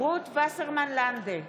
רות וסרמן לנדה,